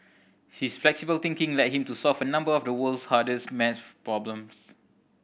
his flexible thinking led him to solve a number of the world's hardest maths problems